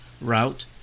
route